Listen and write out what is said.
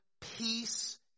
peace